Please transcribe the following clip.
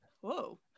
whoa